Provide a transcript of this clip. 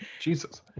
Jesus